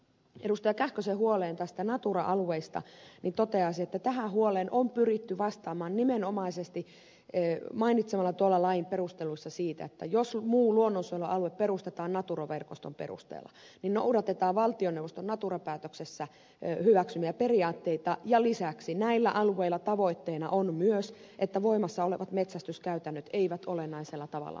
kähkösen huoleen natura alueista toteaisin että tähän huoleen on pyritty vastaamaan nimenomaisesti mainitsemalla lain perusteluissa siitä että jos muu luonnonsuojelualue perustetaan natura verkoston perusteella niin noudatetaan valtioneuvoston natura päätöksessä hyväksymiä periaatteita ja lisäksi näillä alueilla tavoitteena on myös että voimassa olevat metsästyskäytännöt eivät olennaisella tavalla muutu